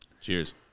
cheers